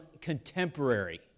contemporary